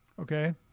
Okay